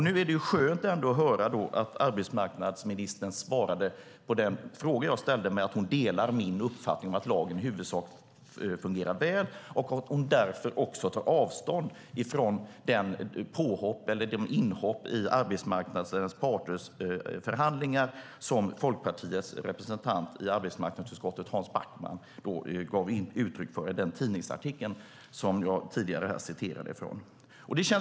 Det är skönt att trots allt höra arbetsmarknadsministern på min fråga svara att hon delar min uppfattning om att lagen i huvudsak fungerar väl och att hon därför tar avstånd från de inhopp i arbetsmarknadens parters förhandlingar som Folkpartiets representant i arbetsmarknadsutskottet, Hans Backman, i den tidningsartikel som jag här tidigare citerat ur gett uttryck för.